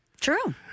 True